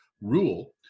rule